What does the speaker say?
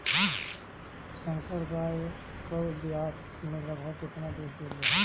संकर गाय एक ब्यात में लगभग केतना दूध देले?